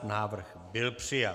Návrh byl přijat.